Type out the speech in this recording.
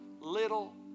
little